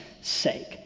sake